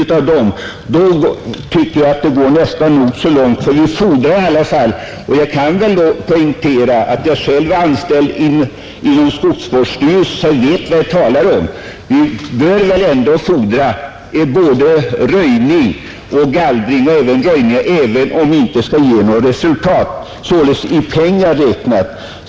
Då går det nästan för långt. Jag kan poängtera att jag själv är anställd inom skogsvårdsstyrelsen, så jag vet vad jag talar om. Vi bör väl ändå fordra både röjning och gallring även om det inte ger något resultat i pengar räknat.